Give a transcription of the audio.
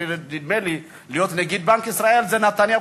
נדמה לי שמי שהביא אותו להיות נגיד בנק ישראל זה נתניהו,